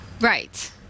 right